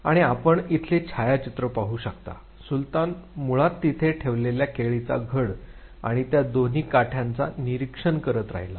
आणि आपण इथले छायाचित्र पाहू शकता सुलतान मुळात तिथे ठेवलेल्या केळीचा घड आणि त्या दोन्ही काठ्यांचा निरिक्षण करत राहिला